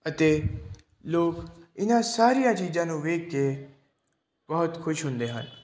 ਅਤੇ ਲੋਕ ਇਹਨਾਂ ਸਾਰੀਆਂ ਚੀਜ਼ਾਂ ਨੂੰ ਵੇਖ ਕੇ ਬਹੁਤ ਖੁਸ਼ ਹੁੰਦੇ ਹਨ